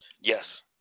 Yes